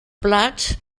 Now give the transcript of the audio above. plats